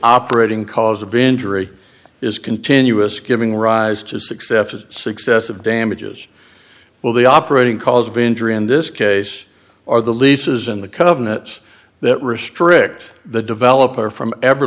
operating cause of injury is continuous giving rise to success as successive damages well the operating cause of injury in this case are the leases and the covenants that restrict the developer from ever